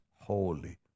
holy